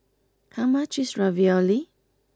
how much is Ravioli